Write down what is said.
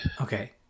Okay